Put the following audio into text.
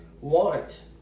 want